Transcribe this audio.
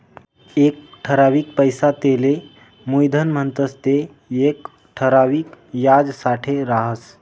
एक ठरावीक पैसा तेले मुयधन म्हणतंस ते येक ठराविक याजसाठे राहस